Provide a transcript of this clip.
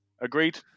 Agreed